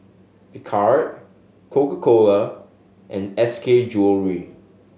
Picard Coca Cola and S K Jewellery